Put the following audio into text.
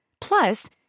Plus